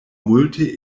multe